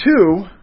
two